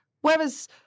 Whereas